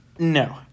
No